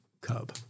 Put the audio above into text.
Cub